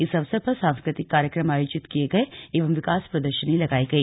इस अवसर पर सांस्कृतिक कार्यक्रम आयोजित किये गए एवं विकास प्रदर्शनी लगाई गई